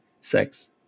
sex